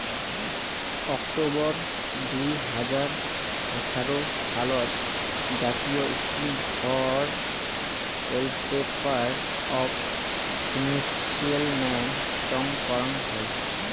October দুই হাজার আঠারো সালত জাতীয় scheme for welfare of fishermen চং করং হই